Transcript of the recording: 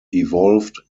evolved